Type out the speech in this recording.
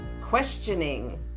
questioning